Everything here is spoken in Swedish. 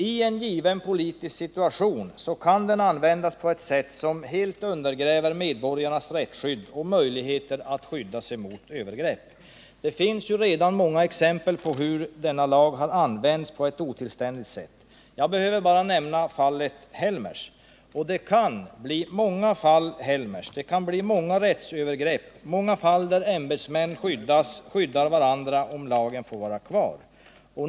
I en given politisk situation kan den användas på ett sätt som helt undergräver medborgarnas rättsskydd och möjligheter att skydda sig mot övergrepp. Det finns redan många exempel på hur denna lag har använts på ett otillständigt sätt. Jag behöver bara nämna fallet Helmers. Det kan bli många liknande fall, rättsövergrepp och ärenden där ämbetsmännen skyddar varandra om lagen får vara kvar.